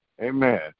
Amen